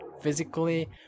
physically